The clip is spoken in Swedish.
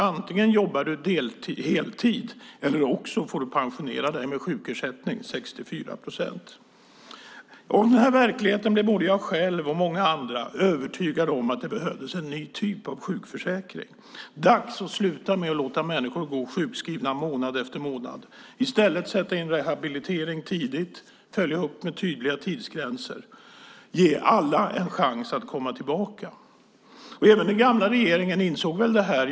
Antingen jobbar du heltid eller också får du pensionera dig med sjukersättning, 64 procent! Utifrån den här verkligheten blev både jag själv och många andra övertygade om att det behövdes en ny typ av sjukförsäkring. Det var dags att sluta med att låta människor gå sjukskrivna månad efter månad och i stället sätta in rehabilitering tidigt, följa upp med tydliga tidsgränser och ge alla en chans att komma tillbaka. Även den gamla regeringen insåg väl det här.